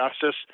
justice